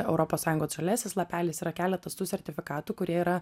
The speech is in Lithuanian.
europos sąjungos žaliasis lapelis yra keletas tų sertifikatų kurie yra